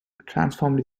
transformed